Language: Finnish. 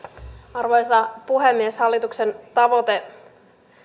arvoisa puhemies hallituksen tavoite